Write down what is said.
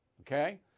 okay